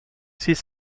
six